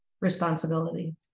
responsibility